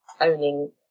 owning